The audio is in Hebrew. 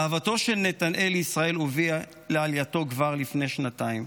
אהבתו של נתנאל לישראל הביאה לעלייתו כבר לפני שנתיים.